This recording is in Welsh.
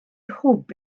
hwb